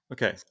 Okay